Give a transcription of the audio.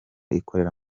ikorera